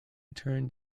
turned